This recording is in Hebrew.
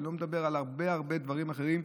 ואני לא מדבר על הרבה הרבה דברים אחרים.